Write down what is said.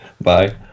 Bye